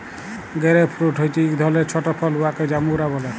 grape fruit হছে ইক ধরলের ছট ফল উয়াকে জাম্বুরা ব্যলে